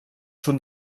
sud